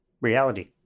reality